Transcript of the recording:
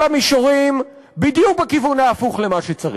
המישורים בדיוק בכיוון ההפוך למה שצריך.